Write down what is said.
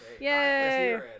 Yay